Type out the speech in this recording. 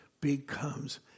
becomes